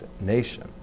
nation